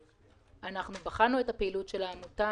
אנחנו בחנו את הפעילות של העמותה,